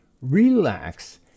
relax